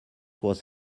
was